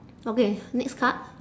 okay next card